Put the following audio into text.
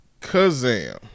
Kazam